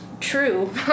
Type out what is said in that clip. true